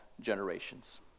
generations